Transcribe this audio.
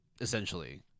essentially